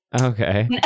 okay